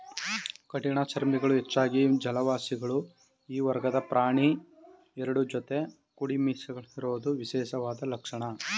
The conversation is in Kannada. ಕಠಿಣಚರ್ಮಿಗಳು ಹೆಚ್ಚಾಗಿ ಜಲವಾಸಿಗಳು ಈ ವರ್ಗದ ಪ್ರಾಣಿ ಎರಡು ಜೊತೆ ಕುಡಿಮೀಸೆಗಳಿರೋದು ವಿಶೇಷವಾದ ಲಕ್ಷಣ